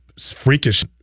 freakish